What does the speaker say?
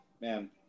man